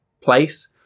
place